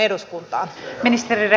arvoisa rouva puhemies